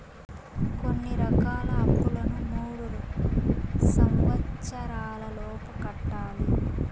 కొన్ని రకాల అప్పులను మూడు సంవచ్చరాల లోపు కట్టాలి